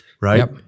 Right